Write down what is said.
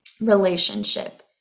relationship